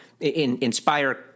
inspire